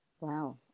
Wow